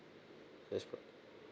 that's correct